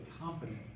competent